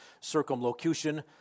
circumlocution